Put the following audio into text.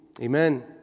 Amen